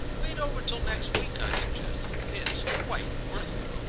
wait over till next week, i suggested. it's quite worth it.